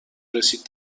رسید